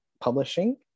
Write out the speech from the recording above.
publishing